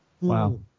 Wow